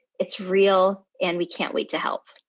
it's real. and we can't wait to help.